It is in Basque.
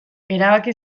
erabaki